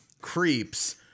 creeps